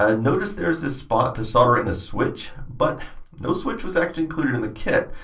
ah notice there's this spot to solder in a switch, but no switch was actually included in the kit.